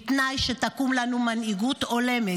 בתנאי שתקום לנו מנהיגות הולמת,